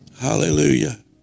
Hallelujah